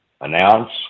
announce